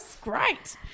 Great